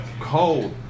Cold